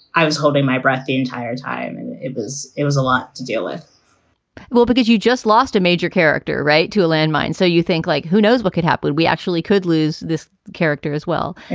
i was holding my breath the entire time, and it was it was a lot to do it well, because you just lost a major character, right. to a landmine. so you think like who knows what could happen? we actually could lose this character as well.